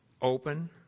open